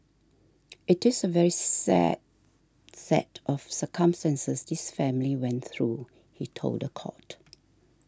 it is a very sad set of circumstances this family went through he told the court